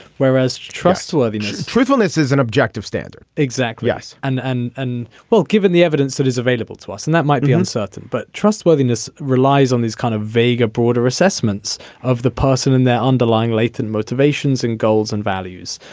whereas trustworthiness truthfulness is an objective standard. exactly yes. and and well given the evidence that is available to us and that might be uncertain but trustworthiness relies on these kind of vague broader assessments of the person and their underlying latent motivations and goals and values.